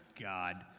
God